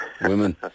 Women